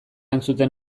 entzuten